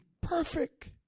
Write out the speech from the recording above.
perfect